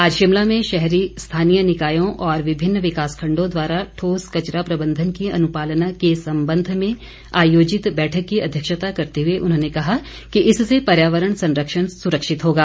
आज शिमला में शहरी स्थानीय निकायों और विभिन्न विकास खंडों द्वारा ठोस कचरा प्रबंधन की अनुपालना के संबंध में आयोजित बैठक की अध्यक्षता करते हुए उन्होंने कहा कि इससे पर्यावरण संरक्षण सुरक्षित होगा